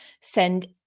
send